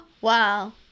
Wow